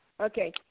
Okay